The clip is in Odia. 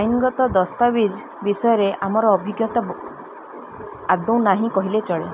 ଆଇନଗତ ଦସ୍ତାବିଜ ବିଷୟରେ ଆମର ଅଭିଜ୍ଞତା ଆଦୌ ନାହିଁ କହିଲେ ଚଳେ